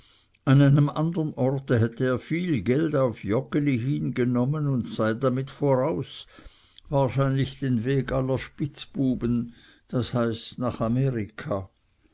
an einem andern orte hätte er viel geld auf joggeli hin genommen und sei damit voraus wahrscheinlich den weg aller spitzbuben das heißt nach amerika